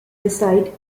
reside